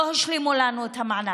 לא שילמו לנו את המענק,